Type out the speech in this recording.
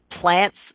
plants